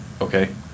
okay